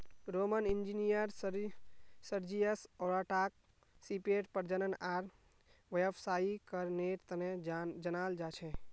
Roman engineer Sergius ओराटाक सीपेर प्रजनन आर व्यावसायीकरनेर तने जनाल जा छे